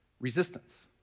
Resistance